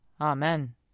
Amen